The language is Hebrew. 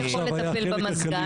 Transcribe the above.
אני --- עד עכשיו היה החלק הקליל.